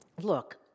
Look